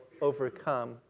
overcome